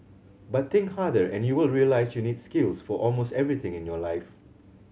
but think harder and you will realise you need skills for almost everything in your life